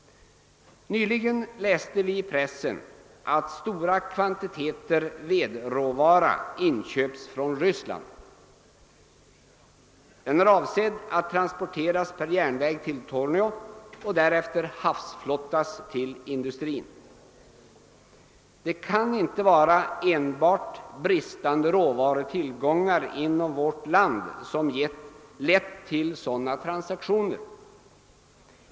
Nyligen läste vi i pressen att stora kvantiteter vedråvara inköpts från Ryssland. Denna är avsedd att transporteras per järnväg till Torneå och därefter havsflottas till industrin. Det kan inte vara enbart bristande råvarutillgångar inom vårt land som lett till sådana transaktioner.